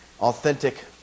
authentic